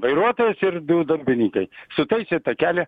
vairuotojas ir du darbininkai sutaisė tą kelią